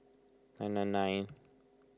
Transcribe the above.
nine nine nine